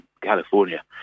California